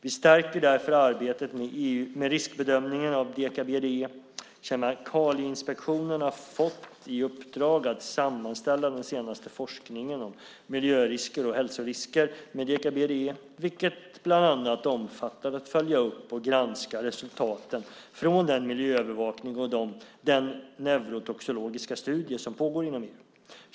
Vi stärker därför arbetet med riskbedömningen av deka-BDE. Kemikalieinspektionen har fått i uppdrag att sammanställa den senaste forskningen om miljö och hälsorisker med deka-BDE, vilket bland annat omfattar att följa upp och granska resultaten från den miljöövervakning och den neurotoxikologiska studie som pågår inom EU.